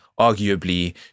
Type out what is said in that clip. arguably